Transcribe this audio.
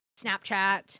Snapchat